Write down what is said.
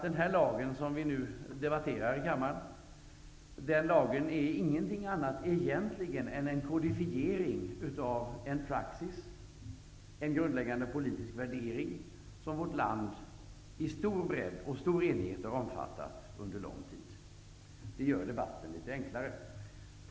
Den här lagen som vi nu i kammaren debatterar är egentligen ingenting annat än en kodifiering av en praxis, en grundläggande politisk värdering som vårt land i stor bredd och under stor enighet har omfattat under lång tid. Det gör debatten litet enklare.